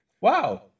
Wow